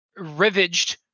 rivaged